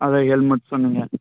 அதான் ஹெலுமட் சொன்னீங்க